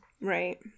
Right